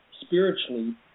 spiritually